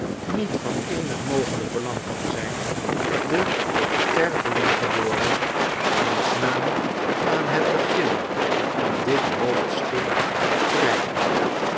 niet van eenig mogelijk belang kan zijn de sterveling geboren wiens naam aan het begin van dit hoofdstuk prijkt